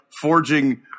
forging